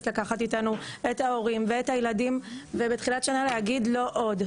לקחת איתנו את ההורים ואת הילדים ובתחילת שנה להגיד לא עוד,